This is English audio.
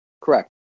correct